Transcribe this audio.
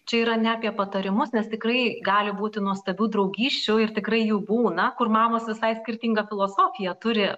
čia yra ne apie patarimus nes tikrai gali būti nuostabių draugysčių ir tikrai jų būna kur mamos visai skirtingą filosofiją turi